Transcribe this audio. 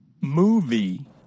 Movie